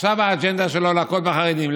עכשיו האג'נדה שלו היא להכות בחרדים.